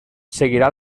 seguirà